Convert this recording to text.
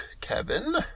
Kevin